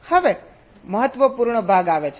હવે મહત્વપૂર્ણ ભાગ આવે છે